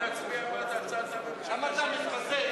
למה אתה מתבזה?